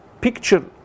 picture